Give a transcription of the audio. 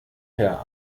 herr